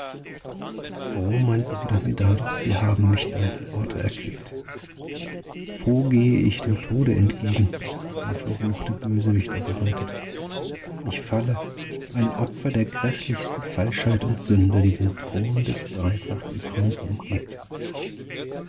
oh mein bruder medardus wie haben mich deine worte erquickt froh gehe ich dem tode entgegen den mir verruchte bösewichter bereitet ich falle ein opfer der gräßlichsten falschheit und sünde die den thron des dreifach gekrönten umgibt